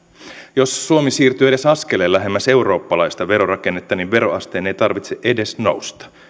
jos suomi siirtyy edes askeleen lähemmäs eurooppalaista verorakennetta niin veroasteen ei tarvitse edes nousta